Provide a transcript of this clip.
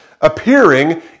appearing